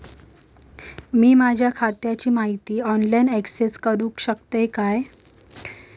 मी माझ्या खात्याची माहिती ऑनलाईन अक्सेस करूक शकतय काय?